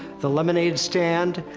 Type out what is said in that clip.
the lemonade stand,